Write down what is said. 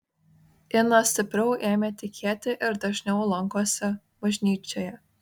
ina stipriau ėmė tikėti ir dažniau lankosi bažnyčioje